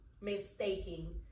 mistaking